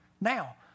Now